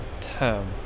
term